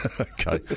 Okay